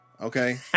Okay